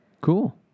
Cool